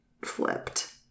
flipped